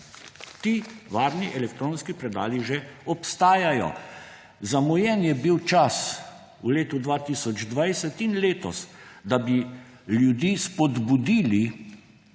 Ti varni elektronski predali že obstajajo. Zamujen je bil čas v letu 2020 in letos, da bi ljudi spodbudili